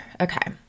Okay